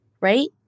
right